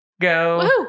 Go